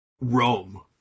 rome